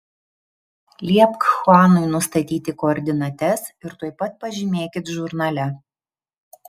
liepk chuanui nustatyti koordinates ir tuoj pat pažymėkit žurnale